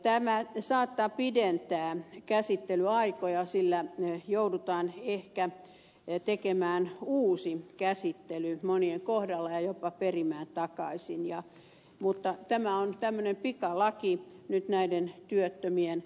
tämä saattaa pidentää käsittelyaikoja sillä joudutaan ehkä tekemään uusi käsittely monien kohdalla ja jopa perimään takaisin mutta tämä on tämmöinen pikalaki nyt näiden työttömien auttamiseksi